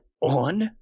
on